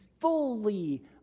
fully